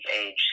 age